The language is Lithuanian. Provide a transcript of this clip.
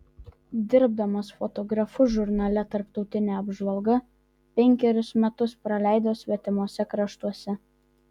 dirbdamas fotografu žurnale tarptautinė apžvalga penkerius metus praleido svetimuose kraštuose